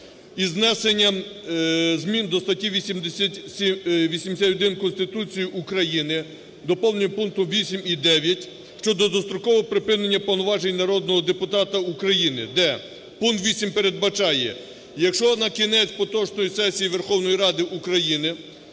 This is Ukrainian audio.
із внесенням змін до статті 81 Конституції України, доповнення пунктів 8 і 9, щодо дострокового припинення повноважень народного депутата України, де пункт 8 передбачає, якщо на кінець поточної сесії Верховної Ради України